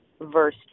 verse